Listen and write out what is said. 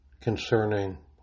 concerning